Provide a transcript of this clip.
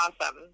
awesome